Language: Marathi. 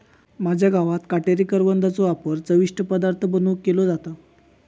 माझ्या गावात काटेरी करवंदाचो वापर चविष्ट पदार्थ बनवुक केलो जाता